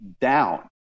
down